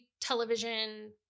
television